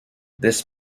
this